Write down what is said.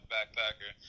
Backpacker